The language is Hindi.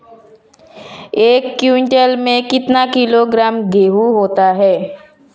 एक क्विंटल में कितना किलोग्राम गेहूँ होता है?